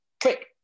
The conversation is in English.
Quick